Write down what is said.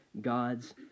God's